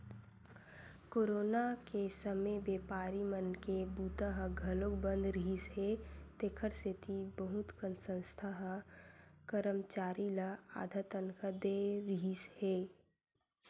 corona के समे बेपारी मन के बूता ह घलोक बंद रिहिस हे तेखर सेती बहुत कन संस्था ह करमचारी ल आधा तनखा दे रिहिस हे